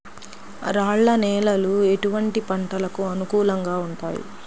రాళ్ల నేలలు ఎటువంటి పంటలకు అనుకూలంగా ఉంటాయి?